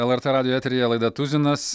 lrt radijo eteryje laida tuzinas